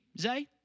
Zay